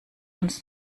uns